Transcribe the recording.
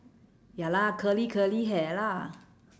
ya lah curly curly hair lah